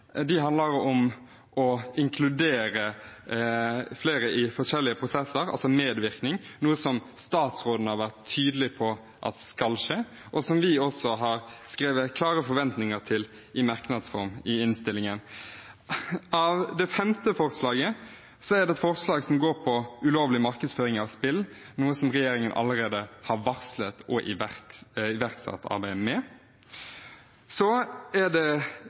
om å inkludere flere i forskjellige prosesser, altså medvirkning, noe statsråden har vært tydelig på skal skje, og som vi også har skrevet inn klare forventninger om i merknadsform i innstillingen. Et femte forslag går på ulovlig markedsføring av spill, noe regjeringen allerede har varslet og iverksatt arbeidet med. Så er det